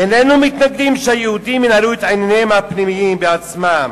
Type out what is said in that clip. איננו מתנגדים שהיהודים ינהלו את ענייניהם הפנימיים בעצמם.